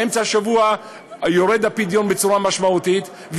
באמצע השבוע יורד משמעותית,